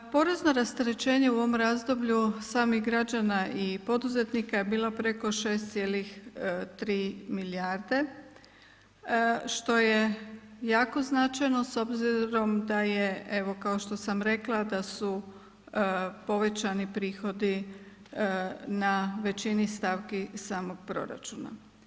Porezno rasterećenje u ovom razdoblju samih građana i poduzetnika je bila preko 6,3 milijarde što je jako značajno s obzirom da je evo kao što sam rekla da su povećani prihodi na većini stavki samog proračuna.